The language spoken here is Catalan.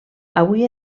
avui